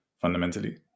fundamentally